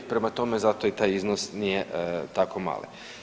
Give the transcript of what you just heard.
Prema tome, zato i taj iznos nije tako mali.